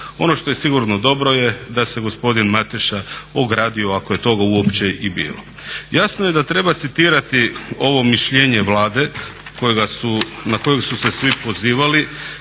Ono što je sigurno dobro da se gospodin Mateša ogradio ako je toga uopće i bilo. Jasno je da treba citirati ovo mišljenje Vlade na kojeg su se svi pozivali